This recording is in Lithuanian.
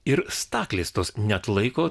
ir staklės tos neatlaiko